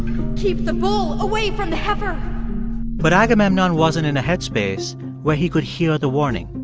keep the bull away from the heifer but agamemnon wasn't in a headspace where he could hear the warning.